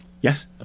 Yes